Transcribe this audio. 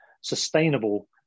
sustainable